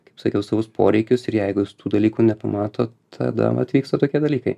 kaip sakiau savus poreikius ir jeigu jis tų dalykų nepamato tada vat vyksta tokie dalykai